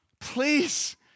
please